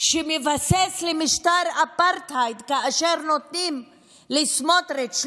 שמבסס משטר אפרטהייד כאשר נותנים לסמוטריץ'